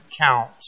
count